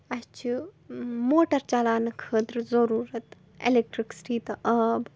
اَسہِ چھِ موٹر چَلاونہٕ خٲطرٕ ضٔروٗرتھ اٮ۪لیکٹٕرٛکسِٹی تہٕ آب